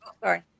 sorry